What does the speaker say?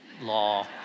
law